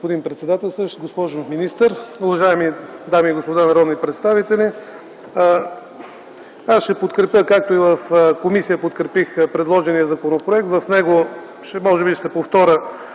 Господин председателстващ, госпожо министър, уважаеми дами и господа народни представители! Аз ще подкрепя, както и в комисията подкрепих, предложения законопроект. Може би ще се повторя